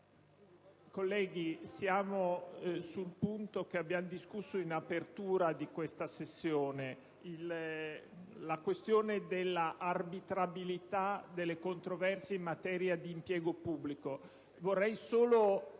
di legge di cui abbiamo discusso in apertura di questa seduta: la questione dell'arbitrabilità delle controversie in materia di impiego pubblico.